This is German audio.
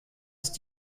ist